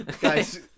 guys